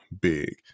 big